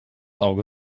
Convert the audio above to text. auge